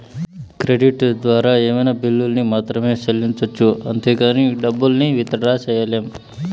credit ద్వారా ఏమైనా బిల్లుల్ని మాత్రమే సెల్లించొచ్చు అంతేగానీ డబ్బుల్ని విత్ డ్రా సెయ్యలేం